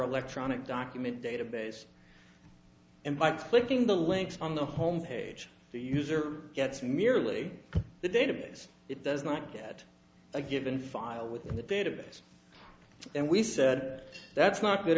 electronic document database and by clicking the links on the home page the user gets merely the database it does not get a given file with the database and we said that's not good